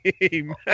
game